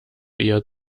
eher